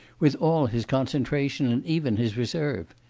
with all his concentration and even his reserve.